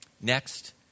Next